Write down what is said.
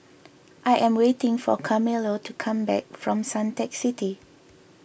I am waiting for Carmelo to come back from Suntec City